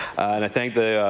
and i thank the